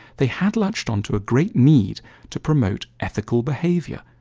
they had latched onto a great need to promote ethical behavior,